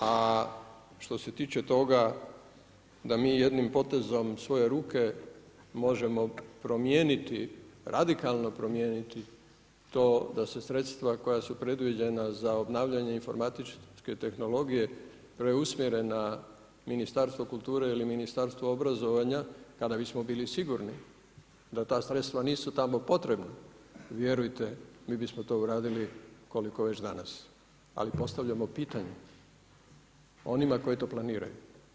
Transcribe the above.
A što se tiče toga da mi jednim potezom svoje ruke možemo promijeniti, radikalno promijeniti to da se sredstva koja su predviđena za obnavljanje informacijske tehnologije preusmjere na Ministarstvo kulture ili Ministarstvo obrazovanja tada bismo bili sigurni da ta sredstva nisu tamo potrebna, vjerujte mi bismo to uradili koliko već danas, ali postavljamo pitanje onima koji to planiraju.